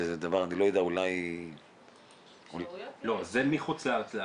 זה מחו"ל לארץ.